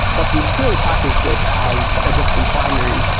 but we still packaged it as a different binary,